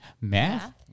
Math